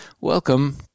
Welcome